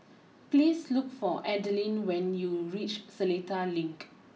please look for Adalynn when you reach Seletar Link